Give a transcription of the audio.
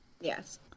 Yes